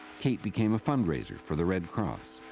kate became a fundraiser for the red cross.